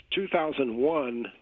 2001